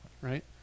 right